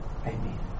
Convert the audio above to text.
Amen